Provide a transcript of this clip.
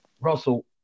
Russell